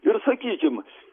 ir sakykim